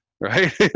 right